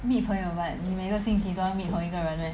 meet 朋友 but 你每个星期都要 meet 同一个人 meh